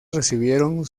recibieron